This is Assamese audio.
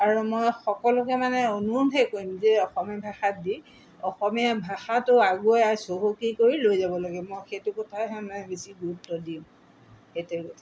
আৰু মই সকলোকে মানে অনুৰোধহে কৰিম যে অসমীয়া ভাষাত দি অসমীয়া ভাষাটো আগুৱাই চহকী কৰি লৈ যাব লাগে মই সেইটো কথাহে মানে বেছি গুৰুত্ব দিওঁ সেইটোৱে কথা